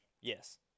Yes